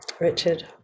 Richard